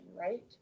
right